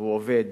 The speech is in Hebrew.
והוא עובד